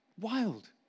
Wild